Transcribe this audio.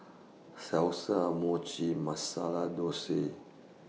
Salsa Mochi Masala Dosa